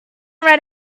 write